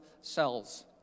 cells